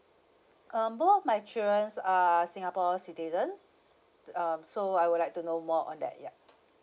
um both of my children are singapore citizens um so I would like to know more on that yup